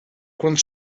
quando